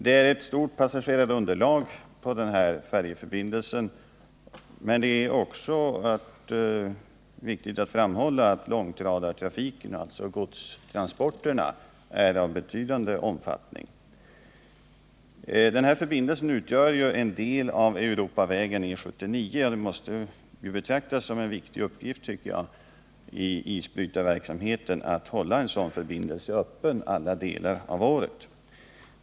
Det är ett stort passagerarunderlag för färjeförbindelsen, men det är också viktigt att framhålla att långtradartrafiken, alltså godstransporten, är av betydande omfattning. Den här förbindelsen utgör en del av E 79, och det måste betraktas som en viktig uppgift i isbrytarverksamheten att hålla en sådan förbindelse öppen under alla delar av året.